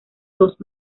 dos